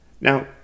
Now